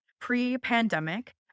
pre-pandemic